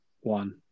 One